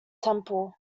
temple